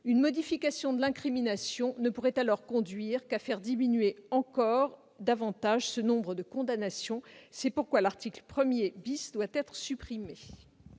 Une modification de l'incrimination n'aurait donc d'autre effet que de faire diminuer encore davantage le nombre de ces condamnations. C'est pourquoi l'article 1 doit être supprimé.